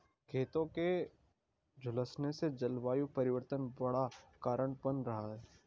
खेतों के झुलसने में जलवायु परिवर्तन बड़ा कारण बन रहा है